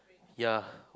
ya